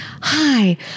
hi